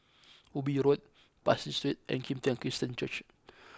Ubi U Road Pasir Street and Kim Tian Christian Church